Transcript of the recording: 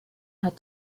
had